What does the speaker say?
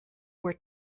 were